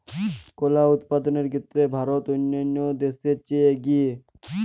কলা উৎপাদনের ক্ষেত্রে ভারত অন্যান্য দেশের চেয়ে এগিয়ে